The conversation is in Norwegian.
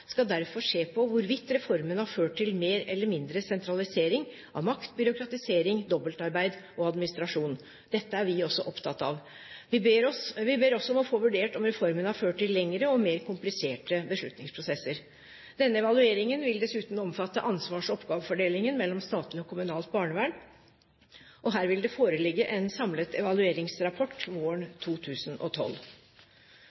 skal derfor belyse hvorvidt reformen har ført til mer eller mindre sentralisering av makt, byråkratisering, dobbeltarbeid og administrasjon. Dette er vi også opptatt av. Vi ber også om å få vurdert om reformen har ført til lengre og mer kompliserte beslutningsprosesser. Evalueringen vil dessuten omfatte ansvars- og oppgavefordelingen mellom statlig og kommunalt barnevern, og her vil det foreligge en samlet evalueringsrapport våren